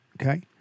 Okay